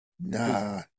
Nah